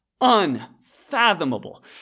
unfathomable